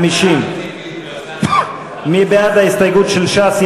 ש"ס בעמוד 50. מי בעד ומי נגד ההסתייגות של ש"ס,